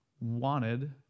wanted